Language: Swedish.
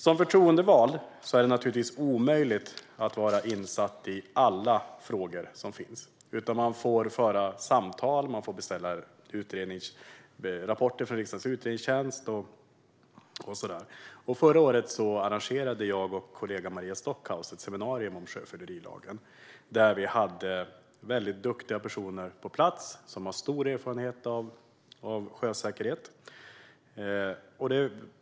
Som förtroendevald är det naturligtvis omöjligt att vara insatt i alla frågor som finns. Man får föra samtal, man får beställa rapporter från riksdagens utredningstjänst och så vidare. Förra året arrangerade jag och kollegan Maria Stockhaus ett seminarium om sjöfyllerilagen där vi hade väldigt duktiga personer på plats som har stor erfarenhet av sjösäkerhet.